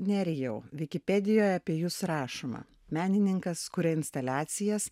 nerijau vikipedijoj apie jus rašoma menininkas kuria instaliacijas